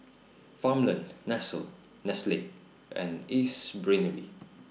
Farmland Nestle and Ace Brainery